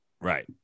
Right